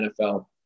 NFL